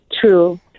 True